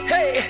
Hey